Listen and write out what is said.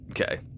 Okay